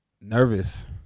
nervous